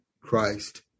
Christ